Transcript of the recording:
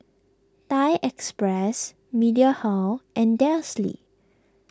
Thai Express Mediheal and Delsey